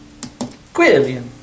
Quillian